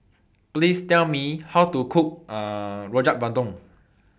Please Tell Me How to Cook Rojak Bandung